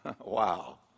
Wow